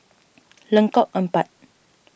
Lengkok Empat